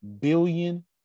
billion